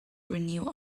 renew